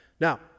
Now